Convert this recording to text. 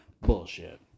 Bullshit